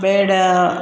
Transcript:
ಬೇಡ